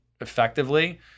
effectively